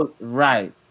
Right